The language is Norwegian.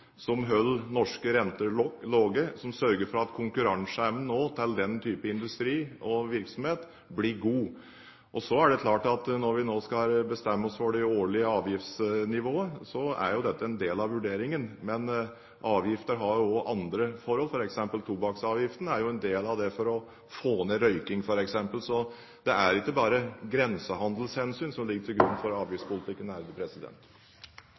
som holder norske renter lave, som sørger for at konkurranseevnen til den type industri og virksomhet nå blir god. Så er det klart at når vi nå skal bestemme oss for det årlige avgiftsnivået, er det en del av vurderingen. Men avgifter har også andre hensikter, tobakksavgiften er f.eks. et ledd i å få ned røyking. Så det er ikke bare grensehandelshensyn som ligger til grunn for